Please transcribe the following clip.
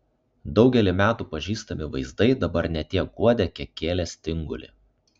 daugelį metų pažįstami vaizdai dabar ne tiek guodė kiek kėlė stingulį